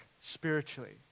spiritually